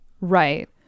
Right